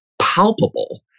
palpable